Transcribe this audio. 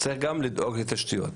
צריך גם לדאוג לתשתיות.